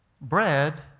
Bread